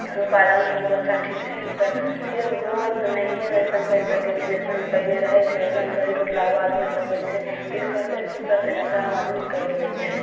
रुपैआ लगलय ने तऽ बच्चा ठीक छै ने तऽ तइयो गोड़ तऽ नहिये ओइसन होइ सकय छै जइसन पहिने रहय छै ओइसन थोड़े टुटलाके बाद होइ सकय छै तइयो करतय तऽ की करतय लाचारमे आदमी करि लै छै